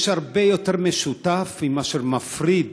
יש הרבה יותר משותף מאשר מפריד